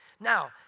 Now